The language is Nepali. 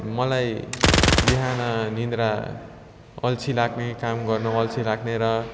मलाई बिहान निद्रा अल्छी लाग्ने काम गर्नु अल्छी लाग्ने र